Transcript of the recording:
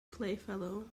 playfellow